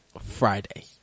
Friday